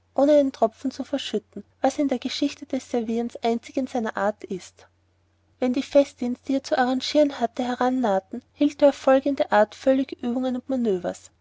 ohne einen tropfen zu verschütten was in der geschichte des servierens einzig in seiner art ist wenn die festins die er zu arrangieren hatte herannahten hielt er auf folgende art völlige übungen und